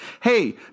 hey